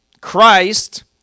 Christ